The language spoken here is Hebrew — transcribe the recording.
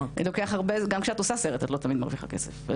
גם כשאת עושה סרט את לא תמיד מרוויחה כסף.